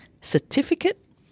certificate